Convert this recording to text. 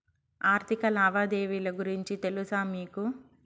ఆర్థిక లావాదేవీల గురించి తెలుసా మీకు